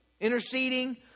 interceding